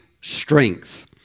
strength